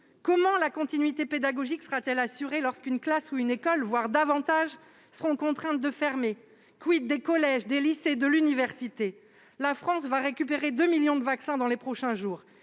Comment la continuité pédagogique sera-t-elle assurée, lorsqu'une classe ou une école, voire davantage seront contraintes de fermer ? des collèges, des lycées et de l'université ? La France va récupérer 2 millions de vaccins dans les prochains jours.